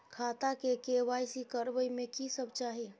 खाता के के.वाई.सी करबै में की सब चाही?